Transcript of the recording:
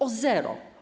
O zero.